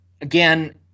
Again